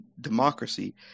democracy